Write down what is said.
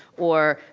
or,